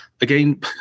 again